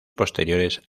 posteriores